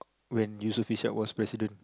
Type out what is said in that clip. when Yusof-Ishak was president